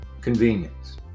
Convenience